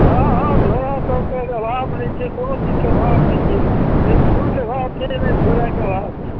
हँ हँ झोरा सबके अभाव नहि छै कोनो चीजके अभाव नहि छै नहि फूलके अभाव छै नहि झोराके अभाव छै